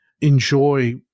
enjoy